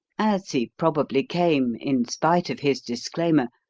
as he probably came, in spite of his disclaimer,